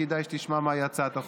כדאי שתשמע מהי הצעת החוק,